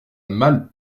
malle